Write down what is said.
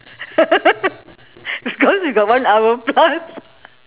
cause we got one hour plus